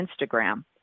Instagram